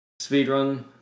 speedrun